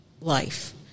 life